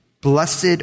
blessed